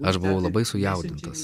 aš buvau labai sujaudintas